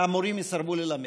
והמורים יסרבו ללמד,